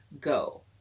go